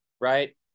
right